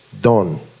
done